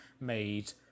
made